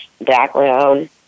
background